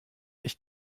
ich